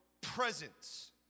presence